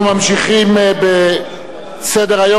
אנחנו ממשיכים בסדר-היום.